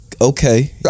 okay